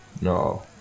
no